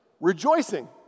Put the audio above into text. Rejoicing